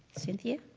cinthia?